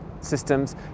systems